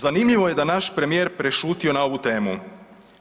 Zanimljivo je da je naš premijer prešutio na ovu temu,